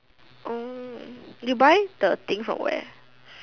oh you buy the thing from where